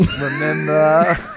Remember